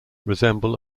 resemble